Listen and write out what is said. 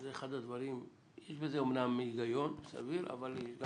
יש בזה אמנם היגיון סביר אבל גם